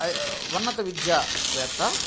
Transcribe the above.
ఉన్నత విద్యా వేత్త